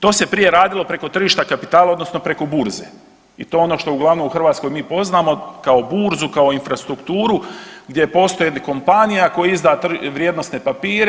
To se prije radilo preko tržišta kapitala, odnosno preko burze i to je ono što uglavnom u Hrvatskoj mi poznamo kao burzu, kao infrastrukturu gdje postoji kompanija koja izda vrijednosne papire.